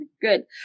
Good